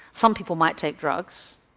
some people might take drugs,